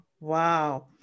Wow